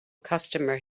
customer